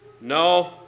No